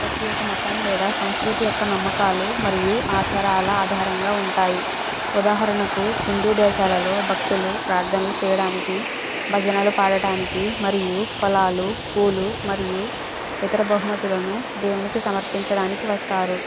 ప్రత్యేక మతం లేదా సంస్కృతి యొక్క నమ్మకాలు మరియు ఆచారాల ఆధారంగా ఉంటాయి ఉదాహరణకు హిందూ దేశాలలో భక్తులు ప్రార్ధనలు చేయడానికి భజనలు పాడటానికి మరియు ఫలాలు పూలు మరియు ఇతర బహుమతులను దేవునికి సమర్పించడానికి వస్తారు